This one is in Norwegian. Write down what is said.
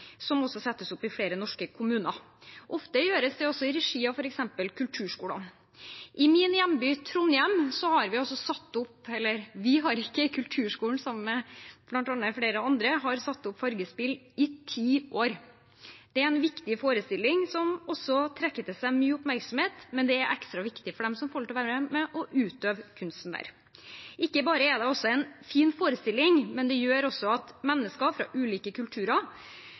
som settes opp i flere norske kommuner. Ofte gjøres det i regi av f.eks. kulturskolene. I min hjemby, Trondheim, har kulturskolen, sammen med flere andre, satt opp Fargespill i ti år. Det er en viktig forestilling, som også trekker til seg mye oppmerksomhet, og det er ekstra viktig for dem som får være med på å utøve kunsten. Ikke bare er det en fin forestilling, det gjør også at mennesker fra ulike kulturer